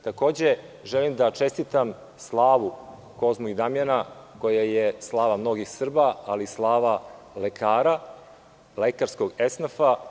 Takođe želim da čestitam slavu Sveti Kozma i Damjan koja je slava mnogih Srba, ali i slava mnogih lekara, lekarskog esnafa.